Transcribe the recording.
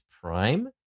prime